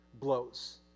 blows